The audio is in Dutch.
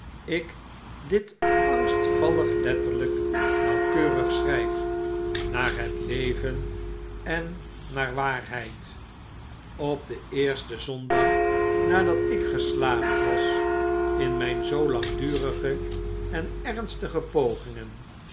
ik dit angstvallig letterlyk nauwkeurig schryf naar het leven en naar waarheid op den eersten zondag nadat ik geslaagd was in myn zoo langdurige en ernstige pogingen